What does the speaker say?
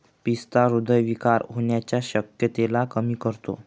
पिस्ता हृदय विकार होण्याच्या शक्यतेला कमी करतो